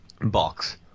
box